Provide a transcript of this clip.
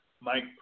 Mike